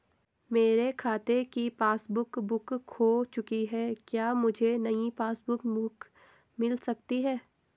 मेरे खाते की पासबुक बुक खो चुकी है क्या मुझे नयी पासबुक बुक मिल सकती है?